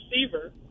receiver